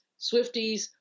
Swifties